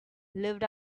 lived